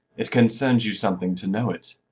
it concerns you something to know it.